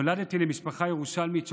נולדתי למשפחה ירושלמית שורשית.